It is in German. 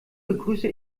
begrüße